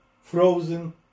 frozen